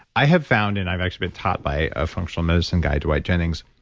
i have found, and i've actually been taught by a functional medicine guy, dwight jennings,